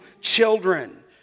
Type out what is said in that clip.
children